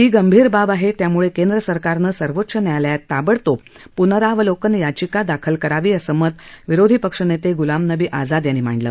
ही गंभीर बाब आहे त्यामुळे केंद्र सरकारनं सर्वोच्च न्यायालयात ताबडतोब पुनरावलोकन याचिका दाखल करावी असं मत विरोधी पक्ष नेते गुलाम नबी आझाद यांनी मांडलं